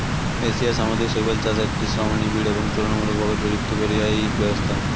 এশিয়ার সামুদ্রিক শৈবাল চাষ একটি শ্রমনিবিড় এবং তুলনামূলকভাবে প্রযুক্তিপরিহারী ব্যবসা